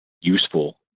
useful